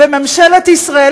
ממשלת ישראל,